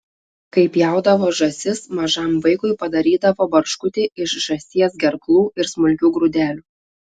kai pjaudavo žąsis mažam vaikui padarydavo barškutį iš žąsies gerklų ir smulkių grūdelių